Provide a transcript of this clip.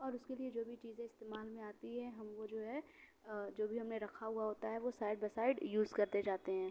اور اُس کے لیے جو بھی چیزیں استعمال میں آتی ہیں ہم وہ جو ہے جو بھی ہم نے رکھا ہُوا ہوتا ہے وہ سائڈ بہ سائڈ یُوز کرتے جاتے ہیں